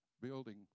Building